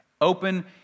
open